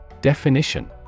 Definition